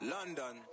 London